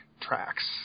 tracks